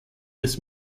des